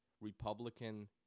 Republican